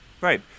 Right